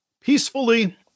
Peacefully